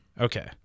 okay